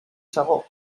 segó